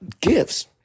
gifts